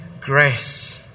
grace